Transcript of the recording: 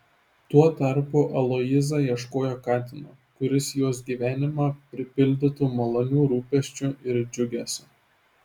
tuo tarpu aloyza ieškojo katino kuris jos gyvenimą pripildytų malonių rūpesčių ir džiugesio